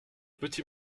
petit